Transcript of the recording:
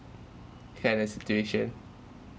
kind of situation